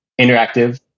interactive